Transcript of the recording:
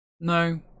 no